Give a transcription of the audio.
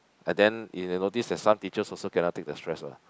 and then if you notice that some teachers also cannot take the stress what